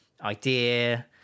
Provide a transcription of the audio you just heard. idea